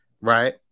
right